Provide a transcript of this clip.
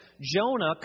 Jonah